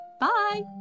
Bye